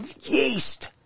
yeast